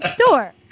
store